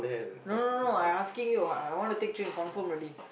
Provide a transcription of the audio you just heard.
no no no I asking you I want to take train confirm already